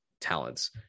talents